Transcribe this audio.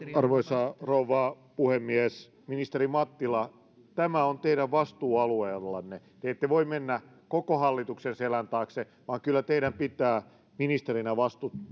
arvoisa rouva puhemies ministeri mattila tämä on teidän vastuualueellanne te ette voi mennä koko hallituksen selän taakse vaan kyllä teidän pitää ministerinä